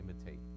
imitate